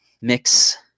mix